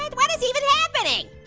um what is even happening?